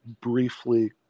briefly